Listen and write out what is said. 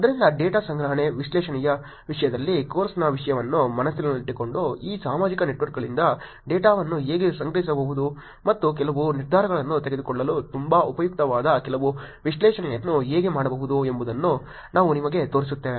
ಆದ್ದರಿಂದ ಡೇಟಾ ಸಂಗ್ರಹಣೆ ವಿಶ್ಲೇಷಣೆಯ ವಿಷಯದಲ್ಲಿ ಕೋರ್ಸ್ನ ವಿಷಯವನ್ನು ಮನಸ್ಸಿನಲ್ಲಿಟ್ಟುಕೊಂಡು ಈ ಸಾಮಾಜಿಕ ನೆಟ್ವರ್ಕ್ಗಳಿಂದ ಡೇಟಾವನ್ನು ಹೇಗೆ ಸಂಗ್ರಹಿಸಬಹುದು ಮತ್ತು ಕೆಲವು ನಿರ್ಧಾರಗಳನ್ನು ತೆಗೆದುಕೊಳ್ಳಲು ತುಂಬಾ ಉಪಯುಕ್ತವಾದ ಕೆಲವು ವಿಶ್ಲೇಷಣೆಯನ್ನು ಹೇಗೆ ಮಾಡಬಹುದು ಎಂಬುದನ್ನು ನಾನು ನಿಮಗೆ ತೋರಿಸುತ್ತೇನೆ